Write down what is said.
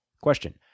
Question